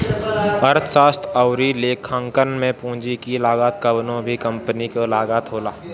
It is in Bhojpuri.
अर्थशास्त्र अउरी लेखांकन में पूंजी की लागत कवनो भी कंपनी के लागत होला